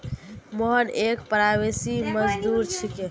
मोहन एक प्रवासी मजदूर छिके